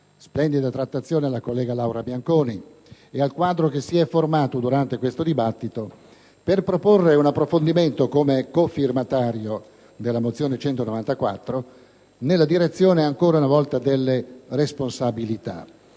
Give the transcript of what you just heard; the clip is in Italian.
splendida trattazione la collega Laura Bianconi e al quadro che si è formato durante questo dibattito per proporre un approfondimento, come cofirmatario della mozione n. 194, nella direzione ancora una volta delle responsabilità.